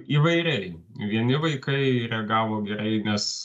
įvairiai vieni vaikai reagavo gerai nes